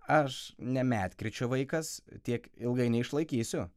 aš ne medkirčio vaikas tiek ilgai neišlaikysiu